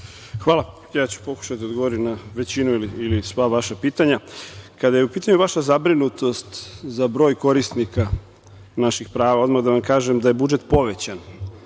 Hvala. Ja ću pokušati da odgovorim na većinu ili sva vaša pitanja. Kada je u pitanju vaša zabrinutost za broj korisnika naših prava, odmah da vam kažem da je budžet povećan